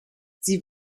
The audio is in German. sie